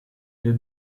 les